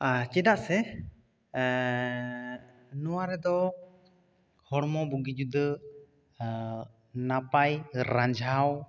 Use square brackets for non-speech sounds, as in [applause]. [unintelligible] ᱪᱮᱫᱟᱜ ᱥᱮ ᱱᱚᱣᱟ ᱨᱮᱫᱚ ᱦᱚᱲᱢᱚ ᱵᱩᱜᱤ ᱡᱩᱫᱟᱹ ᱱᱟᱯᱟᱭ ᱨᱟᱸᱡᱟᱣ